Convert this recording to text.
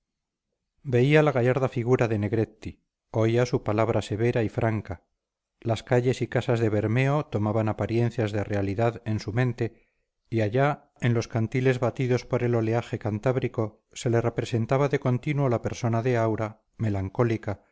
veía la gallarda figura de negretti oía su palabra severa y franca las calles y casas de bermeo tomaban apariencias de realidad en su mente y allá en los cantiles batidos por el oleaje cantábrico se le representaba de continuo la persona de aura melancólica